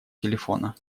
телефона